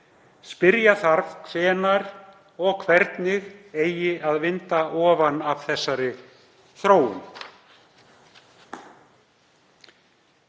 Spyrja þarf hvenær og hvernig vinda eigi ofan af þessari þróun.“